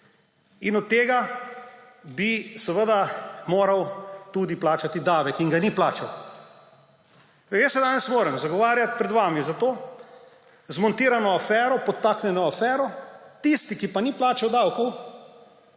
in od tega bi moral plačati davek; in ga ni plačal. Jaz se danes moram zagovarjati pred vami za to zmontirano afero, podtaknjeno afero, tistemu, ki pa ni plačal davkov,